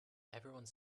everyone